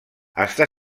està